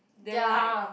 then like